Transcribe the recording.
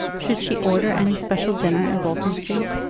should she order any special dinner in bolton street?